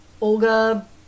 Olga